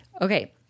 Okay